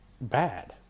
bad